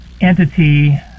entity